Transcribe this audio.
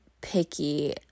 picky